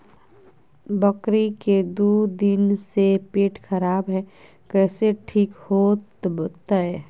बकरी के दू दिन से पेट खराब है, कैसे ठीक होतैय?